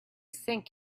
think